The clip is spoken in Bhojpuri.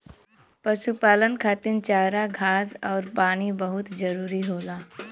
पशुपालन खातिर चारा घास आउर पानी बहुत जरूरी होला